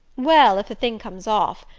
well, if the thing comes off.